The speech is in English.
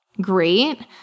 great